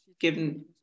given